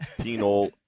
penal